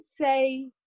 say